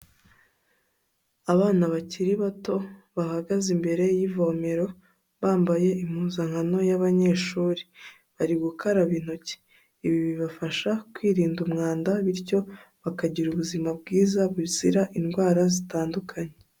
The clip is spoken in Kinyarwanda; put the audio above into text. Abana bakiri bato bahagaze imbere y'ivomero, bambaye impuzankano y'abanyeshuri, bari gukaraba intoki, ibi bibafasha kwirinda umwanda bityo bakagira ubuzima bwiza buzira indwara zitandukanye.